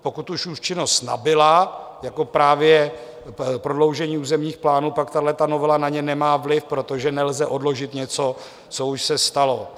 Pokud už účinnost nabyla, jako právě prodloužení územních plánů, pak tahleta novela na ně nemá vliv, protože nelze odložit něco, co už se stalo.